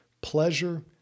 pleasure